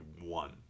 one